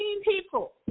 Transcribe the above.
people